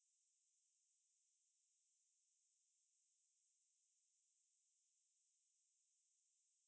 that's the thing that I was also saying because it's so problematic to even report